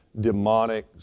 demonic